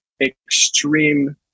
extreme